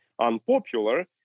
unpopular